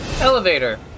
Elevator